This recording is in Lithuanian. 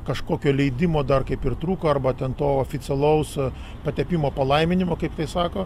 kažkokio leidimo dar kaip ir trūko arba ten to oficialaus patepimo palaiminimo kaip tai sako